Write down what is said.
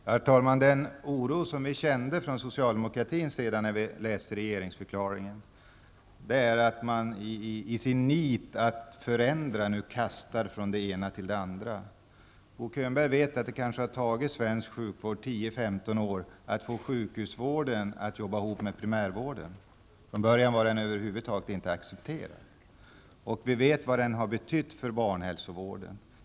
Herr talman! Den oro som vi från socialdemokratins sida kände när vi läste regeringsförklaringen var att man i sitt nit att förändra skall kasta från det ena till det andra. Bo Könberg vet att det har tagit svensk sjukvård 10--15 år att få sjukhusvården att jobba ihop med primärvården; från början var denna över huvud taget inte accepterad. Vi vet också vad den har betytt för barnhälsovården.